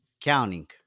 Counting